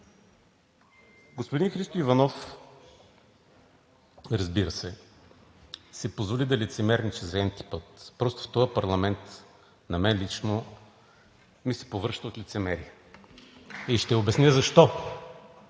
Господин Христо Иванов, разбира се, си позволи да лицемерничи за n-ти път. Просто в този парламент на мен лично ми се повръща от лицемерие (единични